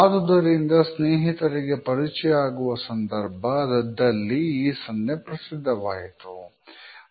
ಆದುದರಿಂದ ಸ್ನೇಹಿತರಿಗೆ ಪರಿಚಯ ಆಗುವ ಸಂದರ್ಭದಲ್ಲಿ ಈ ಸನ್ನೆ ಪ್ರಸಿದ್ಧವಾಯಿತು